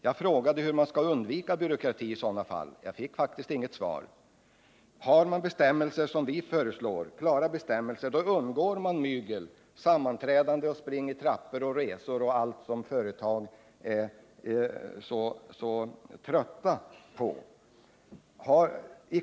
Jag frågade hur man skall undvika byråkrati i sådana fall. Jag fick faktiskt inget svar. Har man klara bestämmelser, som vi föreslår, undviker man mygel, sammanträdande, spring i trappor, resor och annat sådant som företagen är så trötta på.